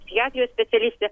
psichiatrijos specialistė